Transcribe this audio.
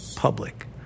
public